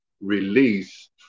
release